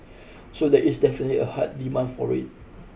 so there is definitely a hard demand for it